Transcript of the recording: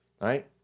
right